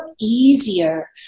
easier